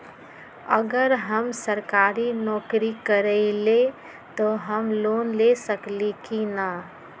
अगर हम सरकारी नौकरी करईले त हम लोन ले सकेली की न?